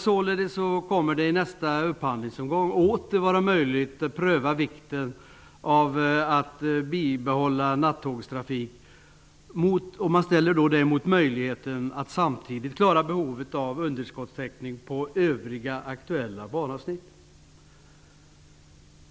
Således kommer det i nästa upphandlingsomgång åter att vara möjligt att ställa vikten av en bibehållen nattågstrafik mot möjligheten att samtidigt klara av att täcka underskotten på övriga aktuella banavsnitt.